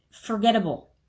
forgettable